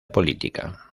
política